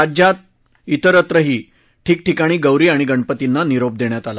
राज्यात त्रिरत्रही ठिकठिकाणी गौरी आणि गणपतींना निरोप देण्यात आला